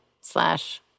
slash